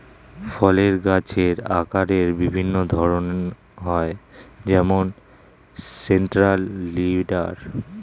ফলের গাছের আকারের বিভিন্ন ধরন হয় যেমন সেন্ট্রাল লিডার